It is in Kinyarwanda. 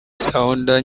soudan